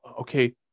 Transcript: okay